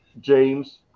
James